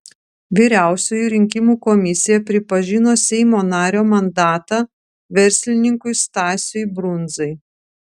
vyriausioji rinkimų komisija pripažino seimo nario mandatą verslininkui stasiui brundzai